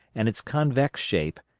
and its convex shape,